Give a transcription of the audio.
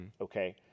Okay